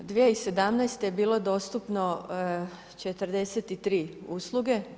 2017. je bilo dostupno 43 usluge.